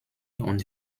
und